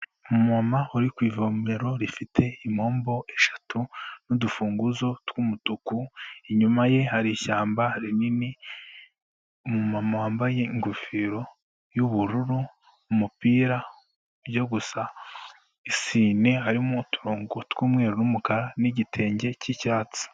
Umumama uri ku ivomero rifite impombo eshatu n'udufunguzo tw'umutuku, inyuma ye hari ishyamba rinini, umumama wambaye ingofero y'ubururu, umupira ujya gusa isine harimo uturongo tw'umweru n'umukara n'igitenge cy'icyatsi.